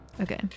Okay